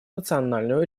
национальную